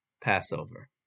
Passover